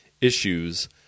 issues